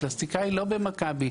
הפלסטיקאי לא במכבי.